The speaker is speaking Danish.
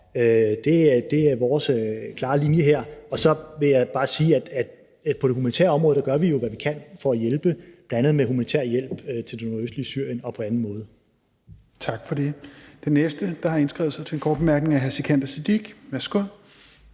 Det er vores klare linje her. Og så vil jeg bare sige, at på det humanitære område gør vi jo, hvad vi kan, for at hjælpe, bl.a. med humanitær hjælp til det nordøstlige Syrien og på anden måde. Kl. 21:57 Tredje næstformand (Rasmus Helveg Petersen): Tak for det. Den næste, der har indskrevet sig til en kort bemærkning, er hr. Sikandar Siddique. Værsgo.